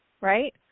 right